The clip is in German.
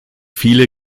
viele